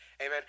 Amen